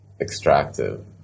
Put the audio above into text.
extractive